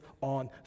on